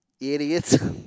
idiots